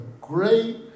great